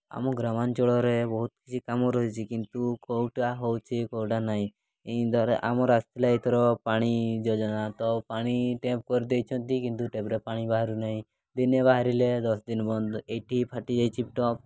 ଆମ ଗ୍ରାମାଞ୍ଚଳରେ ବହୁତ କିଛି କାମ ରହିଛି କିନ୍ତୁ କେଉଁଟା ହେଉଛି କେଉଁଟା ନାଇଁ ଏଇ ଧର ଆମର ଆସିଥିଲା ଏଥର ପାଣି ଯୋଜନା ତ ପାଣି ଟ୍ୟାପ୍ କରିଦେଇଛନ୍ତି କିନ୍ତୁ ଟ୍ୟାପ୍ରେ ପାଣି ବାହାରୁନାହିଁ ଦିନେ ବାହାରିଲେ ଦଶ ଦିନ ବନ୍ଦ ଏଇଠି ଫାଟି ଯାଇଛି ଟ୍ୟାପ୍